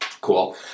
Cool